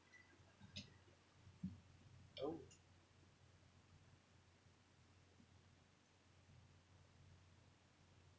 oh